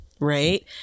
right